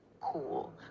cool